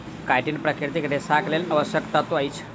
chitin प्राकृतिक रेशाक लेल आवश्यक तत्व अछि